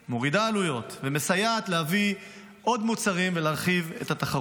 מורידה עלויות ומסייעת להביא עוד מוצרים ולהרחיב את התחרות.